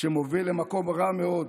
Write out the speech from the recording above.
שמוביל למקום רע מאוד,